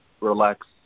relax